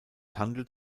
handelt